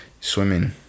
swimming